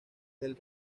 del